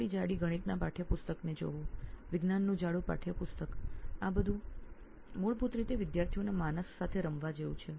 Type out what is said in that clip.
આટલા જાડા ગણિતના પાઠ્યપુસ્તક ને જોવું વિજ્ઞાન નું જાડું પાઠ્યપુસ્તક આ બધું મૂળભૂત રીતે વિદ્યાર્થીઓના માનસ સાથે રમવા જેવું છે